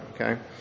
okay